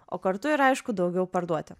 o kartu ir aišku daugiau parduoti